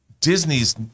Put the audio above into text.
Disney's